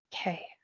Okay